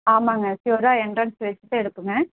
ஆமாம்ங்க ஷூரா என்ட்ரன்ஸ் வச்சிதான் எடுப்போங்க